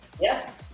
yes